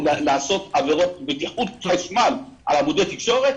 את עבירות הבטיחות בחשמל על עמודי תקשורת.